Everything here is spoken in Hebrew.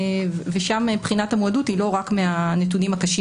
ושם בחינת המועדות היא לא רק מהנתונים הקשים